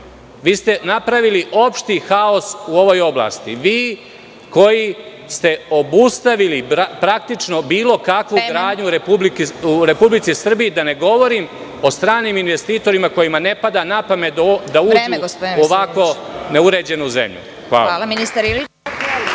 jer ste napravili opšti haos u ovoj oblasti. Vi, koji ste obustavili bilo kakvu gradnju u Republici Srbiji, a da ne govorim o stranim investitorima kojima ne pada na pamet da ulažu u ovako neuređenu zemlju. **Vesna Kovač**